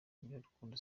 nyirarukundo